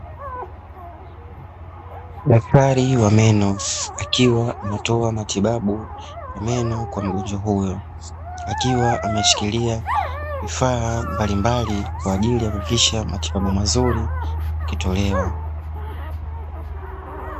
Daktari wa meno akiwa anatoa matibabu ya meno kwa mgonjwa huyu akiwa ameshikilia vifaa mbalimbali kwa ajili ya kukisha matibabu mazuri ikitolewa.